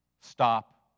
Stop